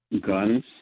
guns